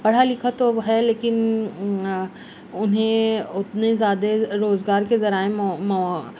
پڑھا لکھا تو ہے لیکن انہیں اتنے زیادہ روزگار کے ذرائع